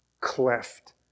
cleft